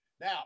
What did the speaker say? now